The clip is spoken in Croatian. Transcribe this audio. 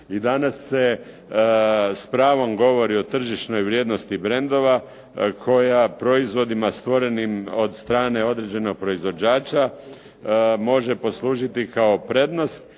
i danas se s pravom govori o tržišnoj vrijednosti brendova koja proizvodima stvorenim od strane određenog proizvođača može poslužiti kao prednost